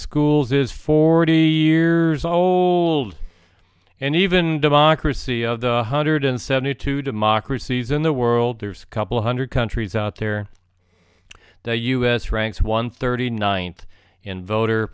schools is forty years old and even democracy of the hundred and seventy two democracies in the world there's couple hundred countries out there the u s ranks one thirty ninth in voter